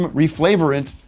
reflavorant